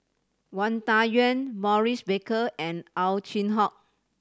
Wang Dayuan Maurice Baker and Ow Chin Hock